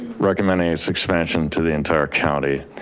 recommending it's expansion to the entire county.